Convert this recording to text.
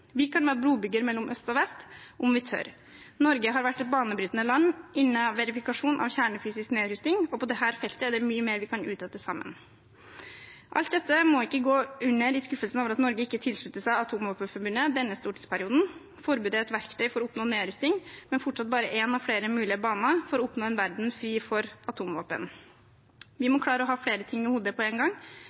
Vi kan være en brobygger mellom øst og vest om vi tør. Norge har vært et banebrytende land innenfor verifikasjon av kjernefysisk nedrustning, og på dette feltet er det mye mer vi kan utrette sammen. Alt dette må ikke gå under i skuffelsen over at Norge ikke tilslutter seg traktaten om atomvåpenforbud i denne stortingsperioden. Forbudet er et verktøy for å oppnå nedrustning, men er fortsatt bare én av flere mulige baner for å oppnå en verden fri for atomvåpen. Vi må klare å ha flere tanker i hodet på én gang,